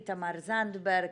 תמר זנדברג,